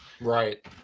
right